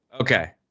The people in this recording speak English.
Okay